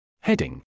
Heading